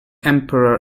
emperor